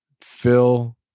Phil